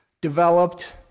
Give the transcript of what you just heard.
developed